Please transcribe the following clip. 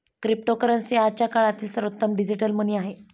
cryptocurrency आजच्या काळातील सर्वोत्तम डिजिटल मनी आहे